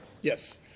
Yes